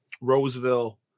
Roseville